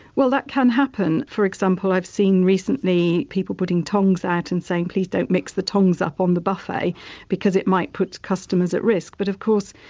well that can happen. for example, i've seen recently people putting tongs out and saying please don't mix the tongs up on the buffet because it might put customers at risk. but of course,